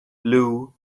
blue